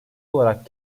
olarak